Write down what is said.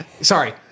sorry